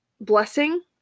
blessing